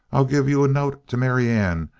i'll give you a note to marianne,